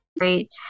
great